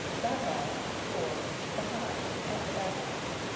back of for behind, at the back of.